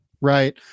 right